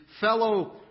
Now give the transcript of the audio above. fellow